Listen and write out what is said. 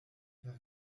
per